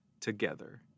Together